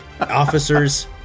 officers